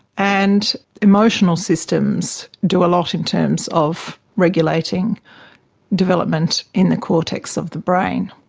and emotional systems do a lot in terms of regulating development in the cortex of the brain.